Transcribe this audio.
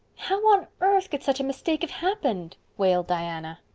how on earth could such a mistake have happened? wailed diana.